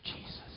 Jesus